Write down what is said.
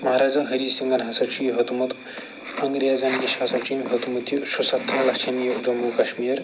مہاراجہ ہری سنگھن ہسا چھُ یہ ہیٛوتمُت انگریزَن نٕش ہسا چھُ أمۍ ہیٛوتمُت یہِ شُہ ستتھن لچھن یہ جموں کشمیٖر